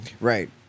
Right